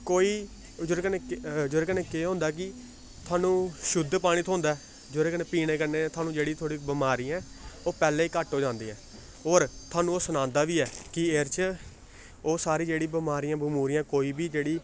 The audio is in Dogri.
कोई जेह्दे कन्नै जेह्दे कन्नै केह् होंदे कि थुहानूं शुद्ध पानी थ्होंदा ऐ जेह्दे कन्नै पीने कन्नै थुहानूं थोह्ड़ी जेह्ड़ी बमारी ऐ ओह् पैह्लें गै घट्ट हो जांदी ऐ होर थुहानूं ओह् सनांदा बी ऐ कि एह्दे च ओह् सारी जेह्ड़ी बमारियां बमूरियां कोई बी जेह्ड़ी